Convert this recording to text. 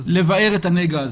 לבער את הנגע הזה.